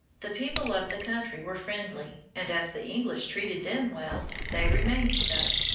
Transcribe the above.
the people of the country were friendly, and as the english treated them well, they remained so.